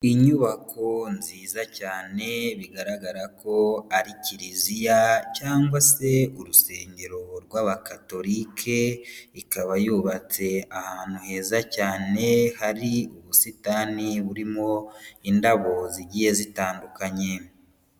Inyubako nziza cyane bigaragara ko ari Kiliziya cyangwa se urusengero rw'abakatolike, ikaba yubatse ahantu heza cyane hari ubusitani burimo indabo zigiye zitandukanye.